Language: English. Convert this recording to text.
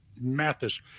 Mathis